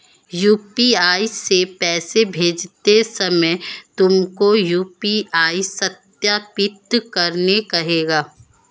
UPI से पैसे भेजते समय तुमको यू.पी.आई सत्यापित करने कहेगा